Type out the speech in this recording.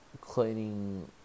cleaning